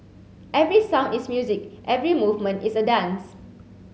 every sound is music every movement is a dance